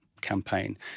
campaign